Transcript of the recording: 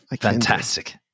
fantastic